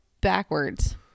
backwards